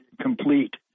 complete